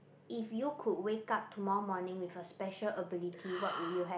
if you could wake up tomorrow morning with a special ability what would you have